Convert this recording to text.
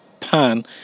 pan